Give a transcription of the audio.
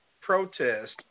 protest